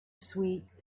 sweet